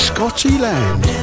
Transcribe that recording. Scottyland